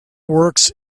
works